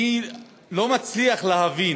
אני לא מצליח להבין,